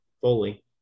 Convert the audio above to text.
fully